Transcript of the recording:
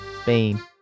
Spain